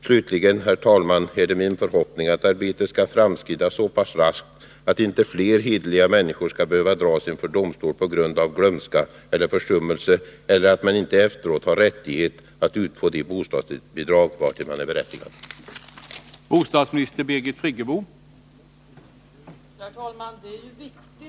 Slutligen, herr talman, är det min förhoppning att arbetet skall framskrida så pass raskt att inte flera hederliga människor skall behöva dras inför domstol på grund av glömska eller försummelse och att förhållandet att man inte efteråt har rättighet att utfå de bostadsbidrag vartill man är berättigad rättas till.